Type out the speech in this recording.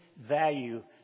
value